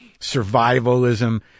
survivalism